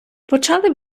почали